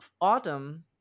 Autumn